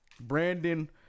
Brandon